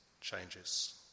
changes